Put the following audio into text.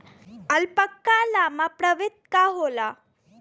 alpaca llama प्रवृत्ति क होला